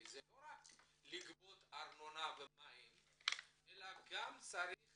כי זה לא רק לגבות ארנונה ומים אלא גם צריך